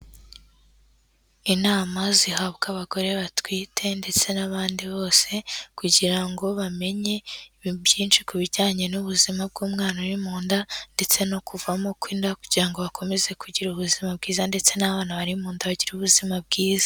Inama zihabwa abagore batwite ndetse n'abandi bose kugira ngo bamenye ibintu byinshi ku bijyanye n'ubuzima bw'umwana uri mu nda ndetse no kuvamo kw'inda kugira ngo bakomeze kugira ubuzima bwiza ndetse n'abana bari munda bagira ubuzima bwiza.